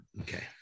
okay